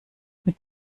mit